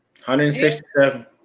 167